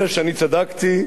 מחירי הדירות עולים,